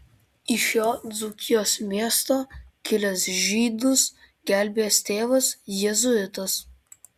iš šio dzūkijos miesto kilęs žydus gelbėjęs tėvas jėzuitas